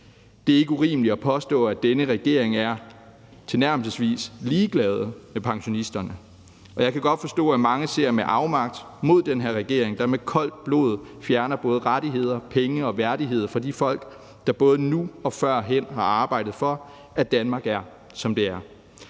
Det er ikke urimeligt at påstå, at denne regering er tilnærmelsesvis ligeglad med pensionisterne, og jeg kan godt forstå, at mange ser med afmagt på den her regering, der med koldt blod fjerner både rettigheder, penge og værdighed fra de folk, der både nu og førhen har arbejdet for, at Danmark er, som det er.